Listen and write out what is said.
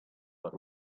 but